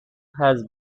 has